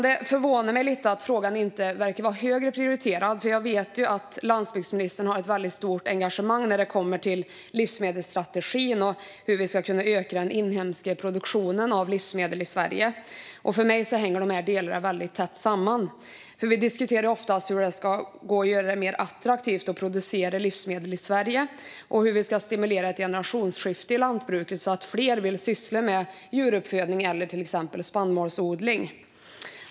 Det förvånar mig lite att frågan inte är högre prioriterad, för jag vet ju att landsbygdsministern har ett stort engagemang när det gäller livsmedelsstrategin och hur vi ska kunna öka den inhemska produktionen av livsmedel i Sverige. För mig hänger de här delarna väldigt tätt ihop. Vi diskuterar ofta hur vi ska göra det mer attraktivt att producera livsmedel i Sverige och hur vi ska stimulera till generationsskiften inom lantbruket så att fler vill syssla med djuruppfödning eller till exempel spannmålsodling.